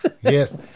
Yes